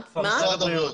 משרד הבריאות.